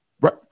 right